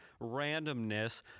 randomness